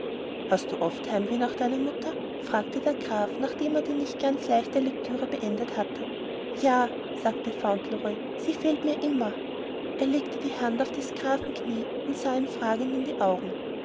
hast du denn oft heimweh nach deiner mama fragte der graf nachdem er die nicht ganz leichte lektüre beendet hatte ja sagte fauntleroy sie fehlt mir immer er legte die hand auf des grafen knie und sah ihm fragend in die augen